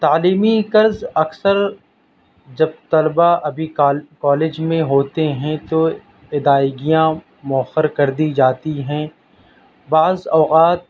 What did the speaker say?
تعلیمی قرض اکثر جب طلبا ابھی کالج میں ہوتے ہیں تو ادائیگیاں مؤخر کر دی جاتی ہیں بعض اوقات